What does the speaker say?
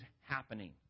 happening